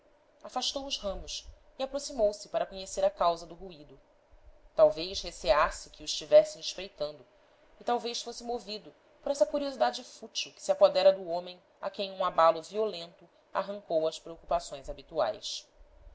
afastou os ramos e aproximou-se para conhecer a causa do ruído talvez receasse que o estivessem espreitando e talvez fosse movido por essa curiosidade fútil que se apodera do homem a quem um abalo violento arrancou às preocupações habituais